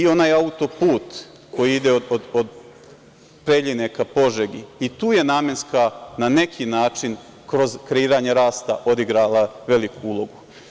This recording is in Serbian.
Onaj autoput koji ide od Preljine ka Požegi, i tu je namenska na neki način kroz kreiranje rasta odigrala veliku ulogu.